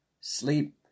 sleep